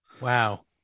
Wow